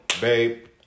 Babe